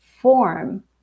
form